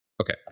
Okay